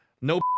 No